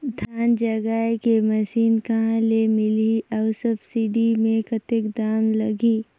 धान जगाय के मशीन कहा ले मिलही अउ सब्सिडी मे कतेक दाम लगही?